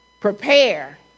prepare